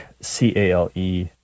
C-A-L-E